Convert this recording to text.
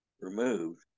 removed